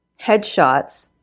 headshots